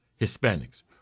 Hispanics